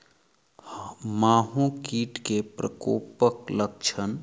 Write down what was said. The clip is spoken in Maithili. माहो कीट केँ प्रकोपक लक्षण?